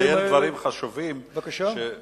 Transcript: אתה מציין דברים חשובים מאוד,